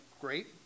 great